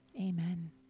Amen